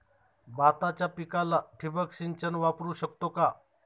भाताच्या पिकाला ठिबक सिंचन वापरू शकतो का?